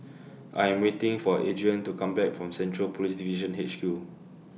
I Am waiting For Adrian to Come Back from Central Police Division H Q